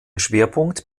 schwerpunkt